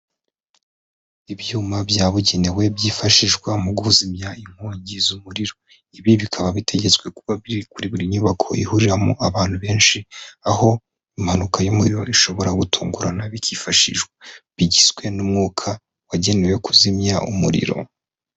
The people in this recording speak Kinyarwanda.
Ibyuma byabugenewe byifashishwa mu kuzimya inkongi z'umuriro, ibi bikaba bitegetswe kuba biri kuri buri nyubako ihuriramo abantu benshi, aho impanuka y'umuriro ishobora gutungurana bikifashishwa, bigizwe n'umwuka wagenewe kuzimya umuriro.